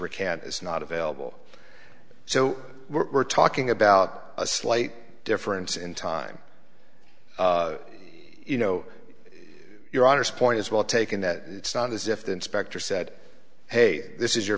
recant is not available so we're talking about a slight difference in time you know your honour's point is well taken that it's not as if the inspector said hey this is your